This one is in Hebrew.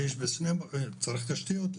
צריך תשתיות לזה.